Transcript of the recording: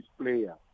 player